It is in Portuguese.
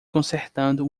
consertando